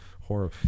horror